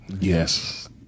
Yes